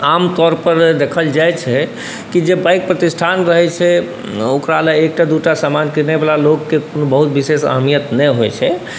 आमतौरपर देखल जाइ छै कि जे पैघ प्रतिष्ठान रहै छै ओकरालए एकटा दूटा सामान किनैवला लोकके बहुत विशेष अहमियत नहि होइ छै